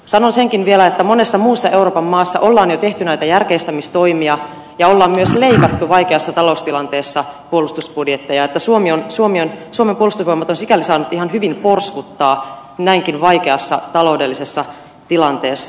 sanon senkin vielä että monessa muussa euroopan maassa on jo tehty näitä järkeistämistoimia ja on myös leikattu vaikeassa taloustilanteessa puolustusbudjetteja joten suomen puolustusvoimat on sikäli saanut ihan hyvin porskuttaa näinkin vaikeassa taloudellisessa tilanteessa